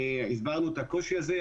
הסברנו את הקושי הזה.